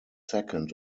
second